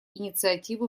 инициативу